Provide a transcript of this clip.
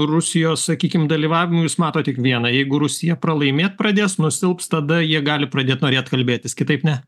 rusijos sakykim dalyvavimu jūs matot tik vieną jeigu rusija pralaimėt pradės nusilps tada jie gali pradėt norėt kalbėtis kitaip ne